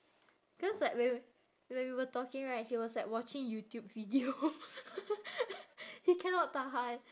cause like when when we were talking right he was like watching youtube video he cannot tahan